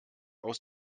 aus